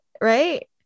right